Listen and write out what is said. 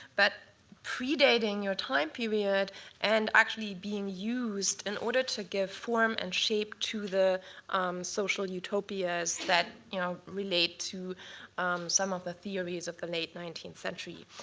but predating your time period and actually being used in order to give form and shape to the social utopias that you know relate to some of the theories of late nineteenth century.